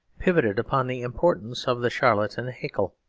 pivoted upon the importance of the charlatan haeckel.